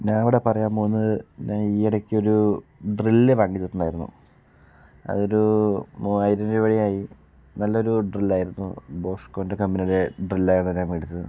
ഞാൻ ഇവിടെ പറയാൻ പോകുന്നത് ഞാൻ ഈ ഇടയ്ക്ക് ഒരു ഡ്രില്ല് വാങ്ങിച്ചിട്ടുണ്ടായിരുന്നു അതൊരൂ മുവ്വായിരം രൂപയായി നല്ലൊരു ഡ്രില്ലായിരുന്നു ബോസ്കോൻ്റെ കമ്പനിയുടെ ഡ്രില്ലായിരുന്നു ഞാൻ മേടിച്ചത്